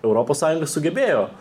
europos sąjunga sugebėjo